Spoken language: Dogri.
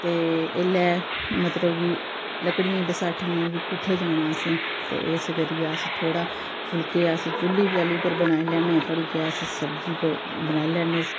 ते इसलै मतलब कि लकड़ियें बसाह्ठियें गी बी कुत्थै जाना असें ते इस करियै अस थोह्ड़ा फुलके अस चुप्पड़ी अस चुल्ली चाल्ली उप्पर बनाई लैन्ने थोह्डे़ सब्जी गैस उप्पर बनाई लैन्ने